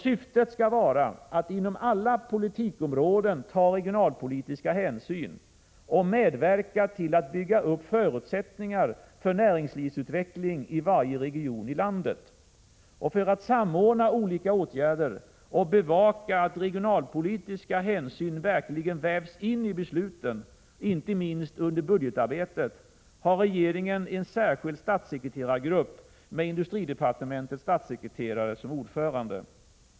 Syftet skall vara att man inom alla politikområden skall ta regionalpolitiska hänsyn och medverka till att bygga upp förutsättningar för näringslivsutveckling i varje region i landet. För att samordna olika åtgärder och bevaka att regionalpolitiska hänsyn verkligen vävs in i besluten — inte minst under budgetarbetet — har regeringen en särskild statssekreterargrupp med industridepartementets statssekreterare som ordförande.